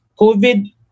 COVID